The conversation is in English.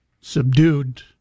subdued